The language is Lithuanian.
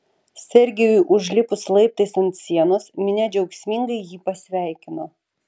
sergijui užlipus laiptais ant sienos minia džiaugsmingai jį pasveikino